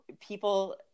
people